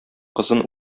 кызын